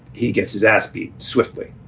he gets his aspy swiftly.